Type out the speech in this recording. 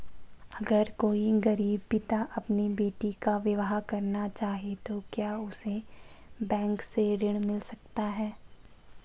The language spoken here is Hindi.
अगर कोई गरीब पिता अपनी बेटी का विवाह करना चाहे तो क्या उसे बैंक से ऋण मिल सकता है?